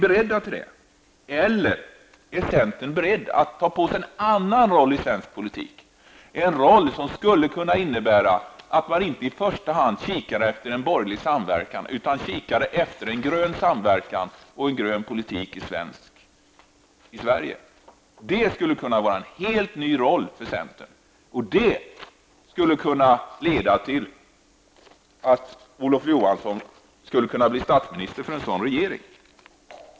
Eller är ni beredda att ta på er en annan roll i svensk politik, en roll som skulle kunna innebära att ni inte i första hand eftersträvar en borgerlig samverkan utan en grön samverkan för en grön politik i Sverige? Det skulle kunna vara en helt ny roll för centern, och det skulle kunna leda till att Olof Johansson skulle kunna bli statsminister i en sådan regering.